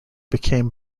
became